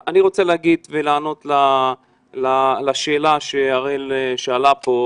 אני רוצה להגיב ולענות לשאלה שאראל שאלה פה,